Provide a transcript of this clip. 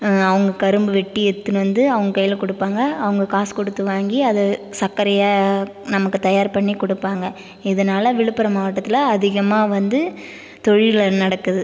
அவங்க கரும்பு வெட்டி எடுத்துன்னு வந்து அவங்க கையில் கொடுப்பாங்க அவங்க காசு கொடுத்து வாங்கி அதை சர்க்கரையை நமக்கு தயார் பண்ணி கொடுப்பாங்க இதனால் விழுப்புரம் மாவட்டத்தில் அதிகமாக வந்து தொழில் நடக்குது